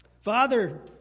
Father